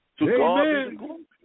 Amen